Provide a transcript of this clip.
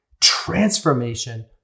transformation